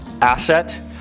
asset